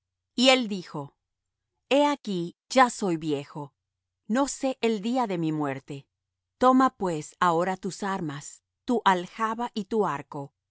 y él dijo he aquí ya soy viejo no sé el día de mi muerte toma pues ahora tus armas tu aljaba y tu arco